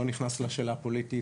אני לא נכנס לשאלה הפוליטית,